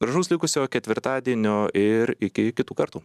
gražaus likusio ketvirtadienio ir iki kitų kartų